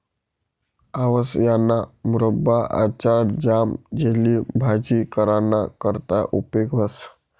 आवयाना मुरब्बा, आचार, ज्याम, जेली, भाजी कराना करता उपेग व्हस